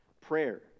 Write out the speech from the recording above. prayer